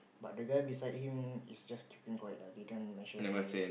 but the guy beside him is just keeping quiet ah they don't mention any name